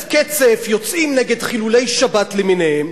קצף יוצאים נגד חילולי שבת למיניהם,